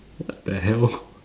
what the hell